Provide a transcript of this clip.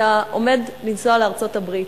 אתה עומד לנסוע לארצות-הברית.